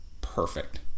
Perfect